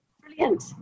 Brilliant